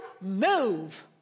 move